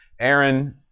Aaron